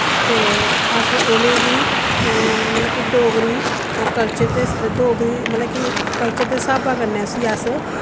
ते अस उ'नेंगी मतलब कि डोगरी कल्चर दे डोगरी मतलब कि कल्चर दे स्हाबा कन्नै उस्सी अस